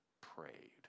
prayed